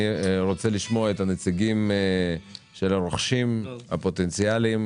אני רוצה לשמוע את הנציגים של הרוכשים הפוטנציאליים,